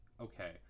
okay